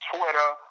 Twitter